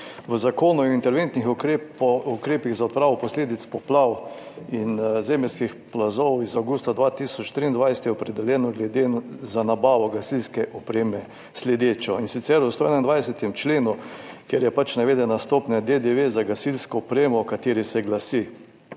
V Zakonu o interventnih ukrepih za odpravo posledic poplav in zemeljskih plazov iz avgusta 2023 je opredeljeno za nabavo gasilske opreme naslednje, in sicer se 121. člen, kjer je navedena stopnja DDV za gasilsko opremo, glasi,